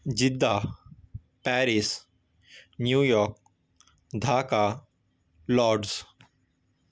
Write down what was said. Jeddah Paris New York Dhaka Lord's